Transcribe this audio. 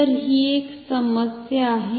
तर ही एक समस्या आहे